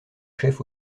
chef